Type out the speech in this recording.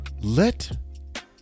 let